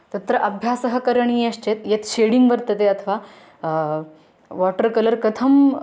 तत्र अभ्यासः करणीयश्चेत् यत् शेडिङ्ग् वर्तते अथवा वाटर् कलर् कथम्